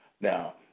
Now